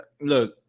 look